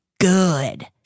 good